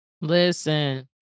Listen